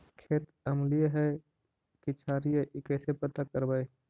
खेत अमलिए है कि क्षारिए इ कैसे पता करबै?